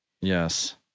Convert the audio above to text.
Yes